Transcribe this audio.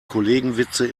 kollegenwitze